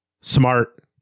Smart